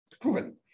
proven